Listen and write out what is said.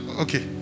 okay